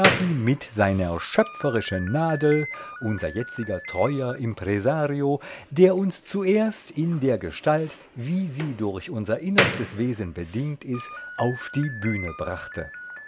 mit seiner schöpferischen nadel unser jetziger treuer impresario der uns zuerst in der gestalt wie sie durch unser innerstes wesen bedingt ist auf die bühne brachte